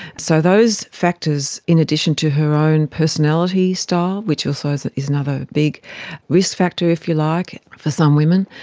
so those factors, in addition to her own personality style, which also is is another big risk factor, if you like, for some women,